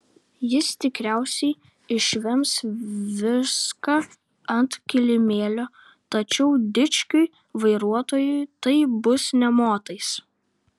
jis tikriausiai išvems viską ant kilimėlio tačiau dičkiui vairuotojui tai bus nė motais